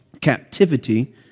captivity